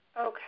Okay